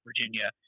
Virginia